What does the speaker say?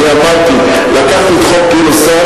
אני אמרתי: לקחתי את חוק גינוסר,